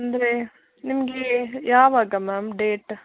ಅಂದರೆ ನಿಮ್ಗೆ ಯಾವಾಗ ಮ್ಯಾಮ್ ಡೇಟ್